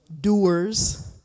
doers